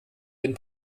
den